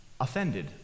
offended